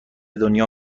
دنیا